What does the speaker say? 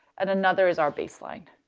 and another is our baseline.